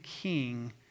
king